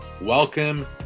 Welcome